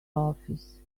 office